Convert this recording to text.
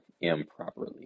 improperly